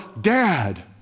dad